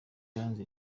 yaranze